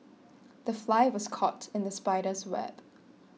the fly was caught in the spider's web